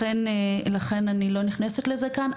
לכן אני לא נכנסת לזה כאן.